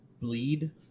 Bleed